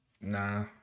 Nah